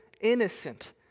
Innocent